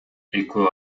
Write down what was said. экөө